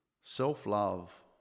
Self-love